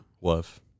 Love